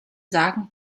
sagen